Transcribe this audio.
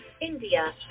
India